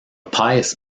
pious